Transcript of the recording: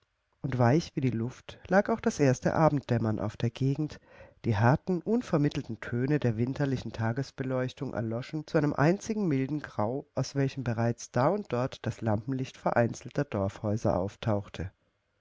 und weich wie die luft lag auch das erste abenddämmern auf der gegend die harten unvermittelten töne der winterlichen tagesbeleuchtung erloschen zu einem einzigen milden grau aus welchem bereits da und dort das lampenlicht vereinzelter dorfhäuser auftauchte